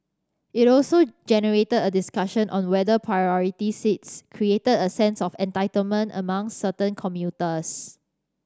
it also generated a discussion on whether priority seats created a sense of entitlement among certain commuters